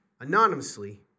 anonymously